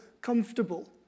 comfortable